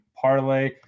parlay